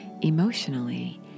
emotionally